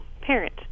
parent